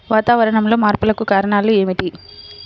వాతావరణంలో మార్పులకు కారణాలు ఏమిటి?